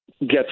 get